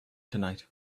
tonight